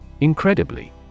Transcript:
INCREDIBLY